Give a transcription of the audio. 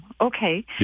okay